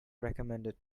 recommended